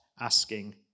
asking